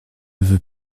veut